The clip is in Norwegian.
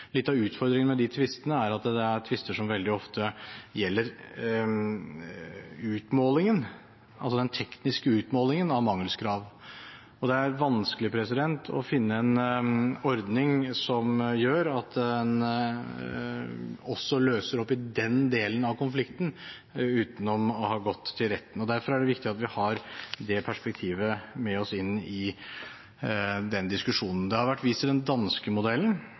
Litt av utfordringen med de tvistene er at det er tvister som veldig ofte gjelder den tekniske utmålingen av mangelskrav, og det er vanskelig å finne en ordning som gjør at en også løser opp i den delen av konflikten uten å ha gått til retten. Derfor er det viktig at vi har det perspektivet med oss inn i den diskusjonen. Det har vært vist til den danske modellen.